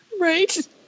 right